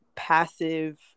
passive